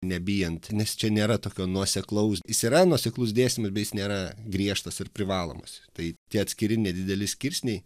nebijant nes čia nėra tokio nuoseklaus jis yra nuoseklus dėstymas bet jis nėra griežtas ir privalomas tai tie atskiri nedideli skirsniai